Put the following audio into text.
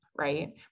right